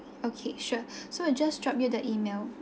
okay sure so I just drop you the email